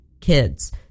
kids